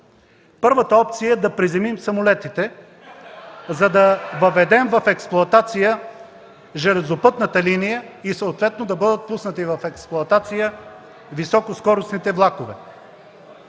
Първата опция е да приземим самолетите (силен шум и реплики от ГЕРБ), за да въведем в експлоатация железопътната линия и съответно да бъдат пуснати в експлоатация високоскоростните влакове.